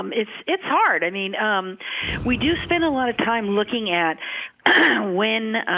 um it's it's hard. i mean um we do spend a lot of time looking at when